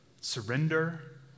surrender